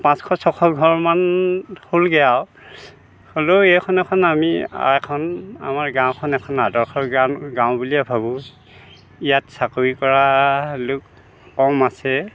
পাঁচশ ছয়শ ঘৰমান হ'লগে আৰু হ'লেও এইখন এখম আমি এখন আমাৰ গাঁওখন এখন আদৰ্শ গাঁও গাঁও বুলিয়ে ভাবোঁ ইয়াত চাকৰি কৰা লোক কম আছে